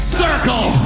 circle